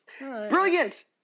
brilliant